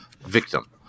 victim